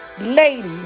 Lady